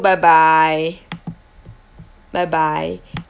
bye bye bye bye